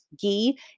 ghee